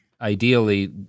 ideally